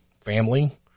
family